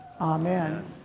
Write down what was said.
amen